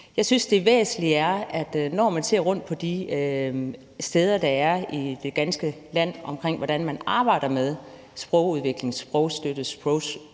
Jeg synes, det væsentlige er, at når man ser rundt på de steder, der er i det ganske land, hvor man arbejder med sprogudvikling, sprogstøtte og